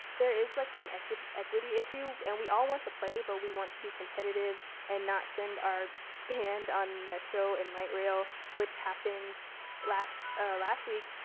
there is like an equity equity issue and we all want to play but we want to be competitive and not send our band on metro and light rail which happened last last week.